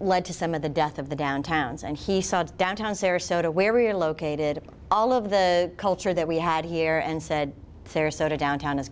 led to some of the death of the downtowns and he saw downtown sarasota where we are located all of the culture that we had here and said sarasota downtown is